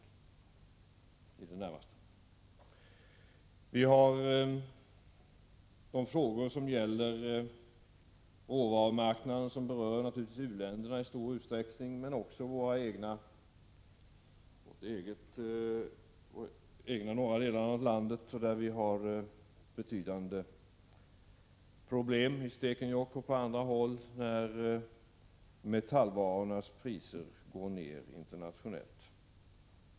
Vi har de frågor som gäller råvarumarknaderna, som naturligtvis i stor utsträckning berör u-länderna men också bl.a. de norra delarna av vårt eget land, där vi har betydande problem i Stekenjokk och på andra håll, när metallvarornas priser går ner internationellt.